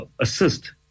Assist